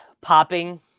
popping